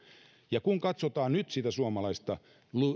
ja kun katsotaan nyt